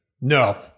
No